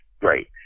great